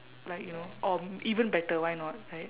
like you know or even better why not like